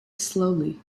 slowly